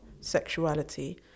sexuality